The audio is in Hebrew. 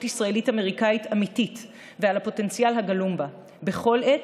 ישראלית-אמריקנית אמיתית ועל הפוטנציאל הגלום בה בכל עת.